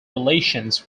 relations